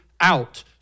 out